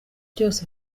byose